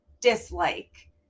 dislike